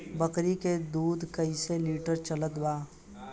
बकरी के दूध कइसे लिटर चलत बा?